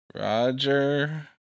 Roger